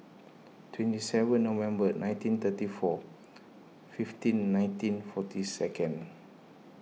twenty seven November nineteen thirty four fifteen nineteen forty second